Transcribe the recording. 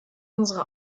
unsere